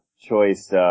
choice